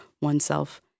oneself